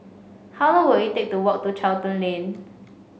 how long will it take to walk to Charlton Lane